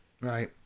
Right